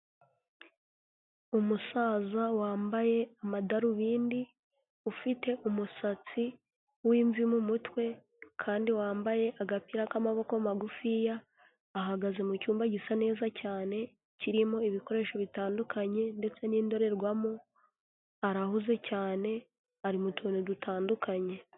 Umusaza wambaye amadarubindi, ufite umusatsi w'imvi mu mutwe kandi wambaye agapira k'amaboko magufiya, ahagaze mu cyumba gisa neza cyane kirimo ibikoresho bitandukanye ndetse n'indorerwamo, arahuze cyane ari mu tuntu dutandukanye.